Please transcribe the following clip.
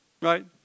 Right